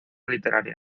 literaria